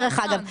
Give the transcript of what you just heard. דרך אגב,